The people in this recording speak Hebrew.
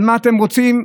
מה אתם רוצים?